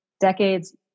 decades